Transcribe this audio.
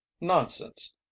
nonsense